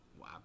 Wow